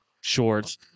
shorts